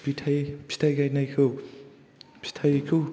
फिथाय गायनायखौ फिथायखौ